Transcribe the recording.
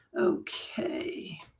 okay